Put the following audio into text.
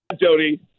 Jody